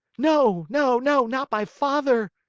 no, no, no, not my father!